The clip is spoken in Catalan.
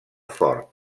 fort